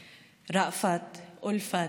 רפעת, אולפת,